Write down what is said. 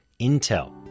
Intel